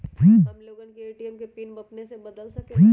हम लोगन ए.टी.एम के पिन अपने से बदल सकेला?